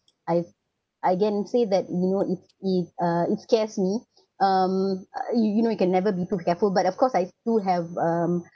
I I can say that you know it's it uh it scares me um uh you you know you can never be too careful but of course I do have um